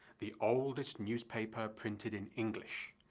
the oldest newspaper printed in english.